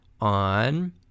on